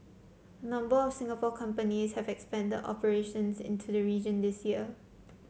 a number of Singapore companies have expanded operations into the region this year